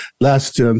last